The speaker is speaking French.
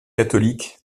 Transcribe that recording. catholique